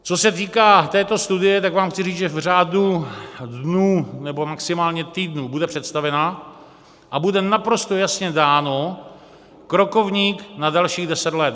Co se týká této studie, tak vám chci říct, že v řádu dnů nebo maximálně týdnů bude představena a bude naprosto jasně dáno krokovník na dalších deset let.